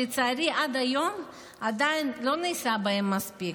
שלצערי עד היום עדיין לא נעשה בהן מספיק.